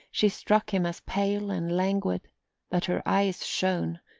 she struck him as pale and languid but her eyes shone,